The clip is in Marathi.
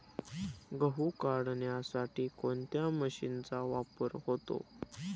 गहू काढण्यासाठी कोणत्या मशीनचा वापर होतो?